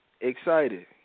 excited